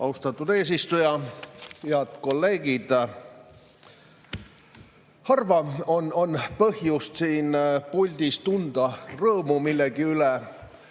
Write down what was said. Austatud eesistuja! Head kolleegid! Harva on põhjust siin puldis tunda rõõmu millegi üle,